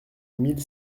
mille